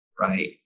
right